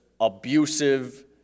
abusive